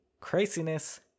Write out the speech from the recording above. craziness